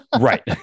Right